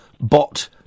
bot